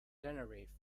tenerife